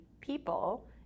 people